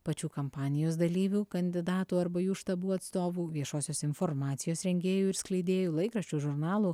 pačių kampanijos dalyvių kandidatų arba jų štabų atstovų viešosios informacijos rengėjų ir skleidėjų laikraščių žurnalų